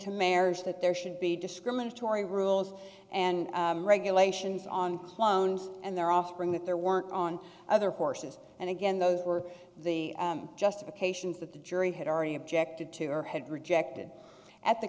to marriage that there should be discriminatory rules and regulations on clones and their offspring that there weren't on other horses and again those were the justifications that the jury had already objected to or had rejected at the